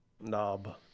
knob